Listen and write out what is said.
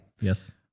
Yes